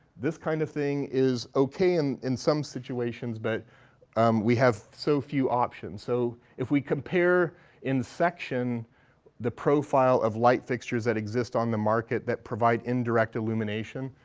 this kind of thing is okay in in some situations, but we have so few options. so if we compare in section the profile of light fixtures that exist on the market that provide indirect illumination,